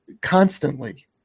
constantly